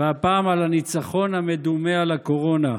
והפעם על הניצחון המדומה על הקורונה.